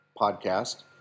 podcast